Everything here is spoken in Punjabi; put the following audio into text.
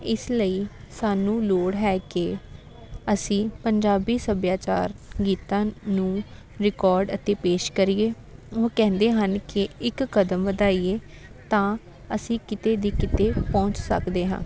ਇਸ ਲਈ ਸਾਨੂੰ ਲੋੜ ਹੈ ਕਿ ਅਸੀਂ ਪੰਜਾਬੀ ਸੱਭਿਆਚਾਰ ਗੀਤਾਂ ਨੂੰ ਰਿਕੋਰਡ ਅਤੇ ਪੇਸ਼ ਕਰੀਏ ਉਹ ਕਹਿੰਦੇ ਹਨ ਕਿ ਇੱਕ ਕਦਮ ਵਧਾਈਏ ਤਾਂ ਅਸੀਂ ਕਿਤੇ ਦੀ ਕਿਤੇ ਪਹੁੰਚ ਸਕਦੇ ਹਾਂ